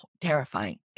terrifying